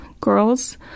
Girls